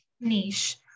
niche